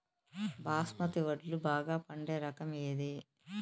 బాస్మతి వడ్లు బాగా పండే రకం ఏది